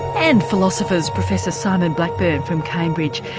and philosophers professor simon blackburn from cambridge,